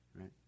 right